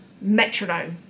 metronome